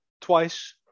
twice